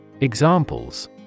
Examples